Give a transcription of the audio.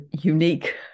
unique